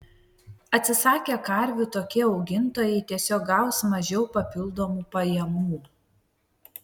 atsisakę karvių tokie augintojai tiesiog gaus mažiau papildomų pajamų